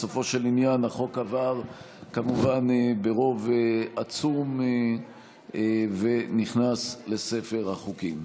בסופו של עניין החוק עבר כמובן ברוב עצום ונכנס לספר החוקים.